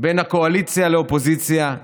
בין הקואליציה לאופוזיציה,